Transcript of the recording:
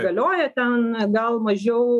galioja ten gal mažiau